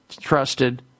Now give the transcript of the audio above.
trusted